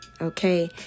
Okay